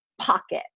pocket